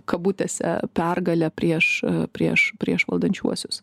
kabutėse pergalę prieš prieš prieš valdančiuosius